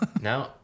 No